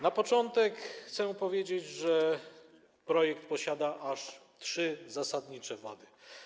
Na początek chcę powiedzieć, że projekt posiada aż trzy zasadnicze wady.